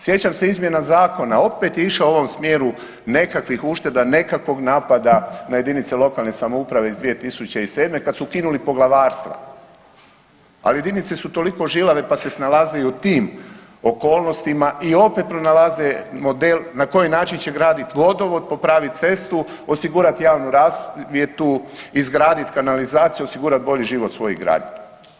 Sjećam se izmjena zakona, opet je išao u ovom smjeru nekakvih ušteda, nekakvog napada na jedinice lokalne samouprave iz 2007. kad su ukinuli poglavarstva, a jedinice su toliko žilave pa se snalaze i u tim okolnostima i opet pronalaze model na koji način će graditi vodovod, popraviti cestu, osigurati javnu rasvjetu, izgraditi kanalizaciju, osigurati bolji život svojih građana.